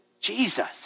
Jesus